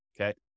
okay